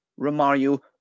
Romario